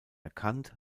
erkannt